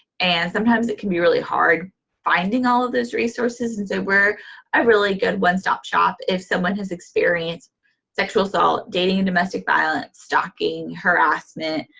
and sometimes it can be really hard finding all of those resources. and so we're really good one-stop shop if someone has experienced sexual assault, dating and domestic violence, stalking, harassment,